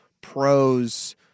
pros